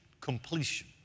completion